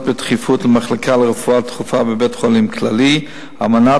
בדחיפות למחלקה לרפואה דחופה בבית-חולים כללי על מנת